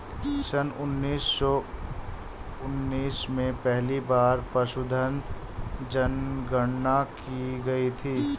सन उन्नीस सौ उन्नीस में पहली बार पशुधन जनगणना की गई थी